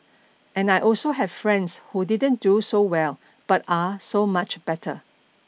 and I also have friends who didn't do so well but are so much better